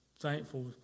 thankful